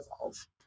evolve